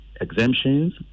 exemptions